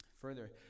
Further